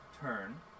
turn